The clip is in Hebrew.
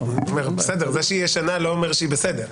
זה שהיא ישנה לא אומר שהיא בסדר.